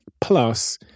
Plus